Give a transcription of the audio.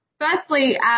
firstly